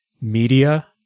media